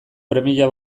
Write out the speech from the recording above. premia